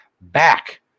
back